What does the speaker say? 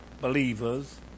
believers